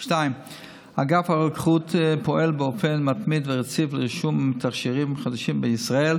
2. אגף הרוקחות פועל באופן מתמיד ורציף לרישום תכשירים חדשים בישראל,